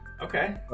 Okay